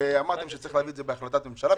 אמרתם שצריך להביא זה בהחלטת ממשלה,